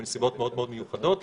מסיבות מאוד מאוד מיוחדות.